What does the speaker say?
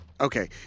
Okay